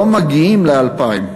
לא מגיעים ל-2,000,